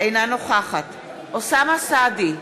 אינה נוכחת ניסן סלומינסקי,